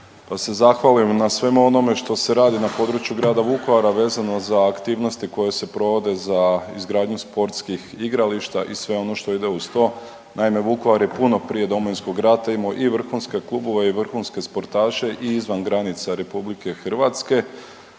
pa se zahvalim na svemu onome što se radi na području grada Vukovara vezano za aktivnosti koje se provode za izgradnju sportskih igrališta i sve ono što ide uz to. Naime, Vukovar je puno prije Domovinskog rata imao i vrhunske klubove i vrhunske sportaše i izvan granica RH.